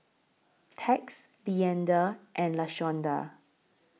Tex Leander and Lashonda